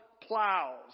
plows